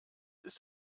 ist